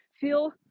Feel